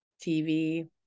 TV